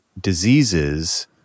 diseases